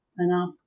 enough